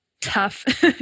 tough